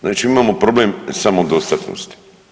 Znači mi imamo problem samodostatnosti.